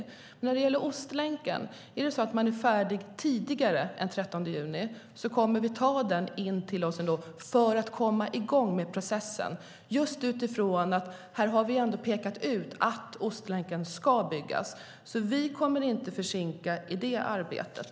Om man är färdig tidigare än den 13 juni när det gäller Ostlänken kommer vi att ta in det till oss för att komma i gång med processen. Här har vi ändå pekat ut att Ostlänken ska byggas. Vi kommer inte att försinka det arbetet.